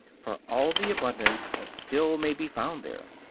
for all the abundance that still may be found there.